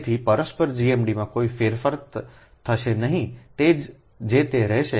તેથી પરસ્પર GMDમાં કોઈ ફેરફાર થશે નહીં જે તે રહેશે